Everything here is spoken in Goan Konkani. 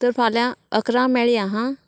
तर फाल्यां इकरांक मेळया हां